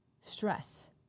stress